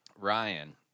Ryan